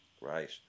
Right